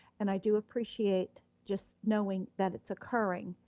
and i do appreciate just knowing that it's occurring